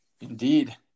Indeed